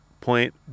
point